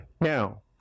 Now